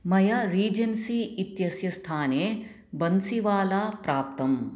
मया रीजेन्सी इत्यस्य स्थाने बन्सिवाला प्राप्तम्